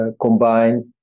combine